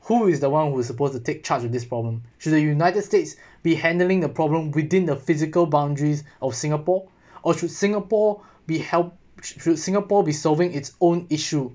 who is the one who is supposed to take charge of this problem should the united states be handling a problem within the physical boundaries of singapore or should singapore be helped should singapore resolving its own issue